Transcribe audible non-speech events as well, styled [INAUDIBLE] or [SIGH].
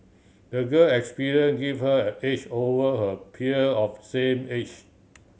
the girl [UNINTELLIGIBLE] give her an edge over her peer of same age